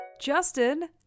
Justin